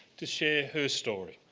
to share her story.